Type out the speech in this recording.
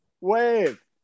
wave